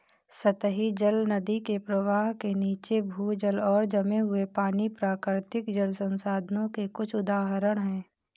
सतही जल, नदी के प्रवाह के नीचे, भूजल और जमे हुए पानी, प्राकृतिक जल संसाधनों के कुछ उदाहरण हैं